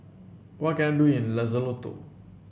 what can I do in Lesotho